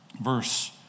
Verse